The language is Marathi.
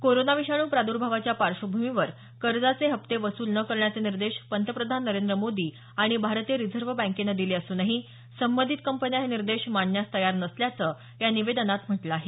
कोरोना विषाणू प्रादर्भावाच्या पार्श्वभूमीवर कर्जाचे हप्ते वसूल न करण्याचे निर्देश पंतप्रधान नरेंद्र मोदी आणि भारतीय रिझर्व्ह बँकेनं दिले असूनही संबंधित कंपन्या हे निर्देश मानण्यास तयार नसल्याचं या निवेदनात म्हटलं आहे